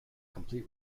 complete